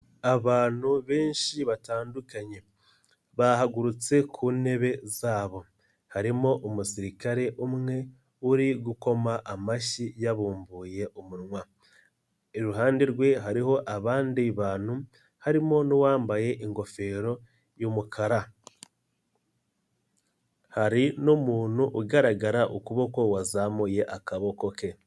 Abantu benshi batandukanye, bahagurutse ku ntebe zabo, harimo umusirikare umwe uri gukoma amashyi yabumbuye umunwa, iruhande rwe hariho abandi bantu harimo n'uwambaye ingofero y'umukara, hari n'umuntu ugaragara ukuboko wazamuye akaboko ke.